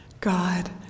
God